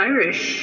Irish